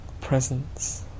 presence